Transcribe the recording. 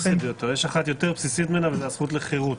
יש אחת יותר בסיסית מהן וזו הזכות לחירות.